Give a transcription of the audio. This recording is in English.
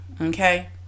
okay